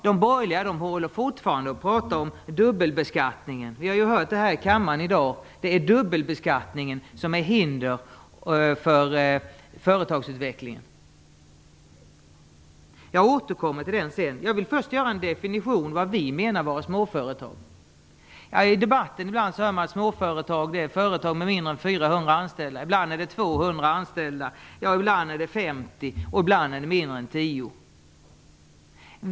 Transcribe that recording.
De borgerliga pratar fortfarande om dubbelbeskattningen. Det har vi hört här i kammaren i dag. Det är dubbelbeskattningen som är ett hinder för företagsutvecklingen. Jag återkommer till detta senare. Jag vill först göra en definition av vad vi menar med småföretag. I debatten hör man ibland att småföretag är företag med mindre än 400 anställda, ibland är det 200 anställda, ibland är det 50 och ibland är det mindre än 10.